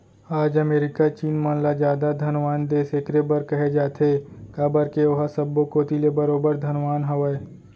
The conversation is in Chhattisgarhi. आज अमेरिका चीन मन ल जादा धनवान देस एकरे बर कहे जाथे काबर के ओहा सब्बो कोती ले बरोबर धनवान हवय